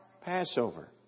Passover